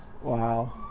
wow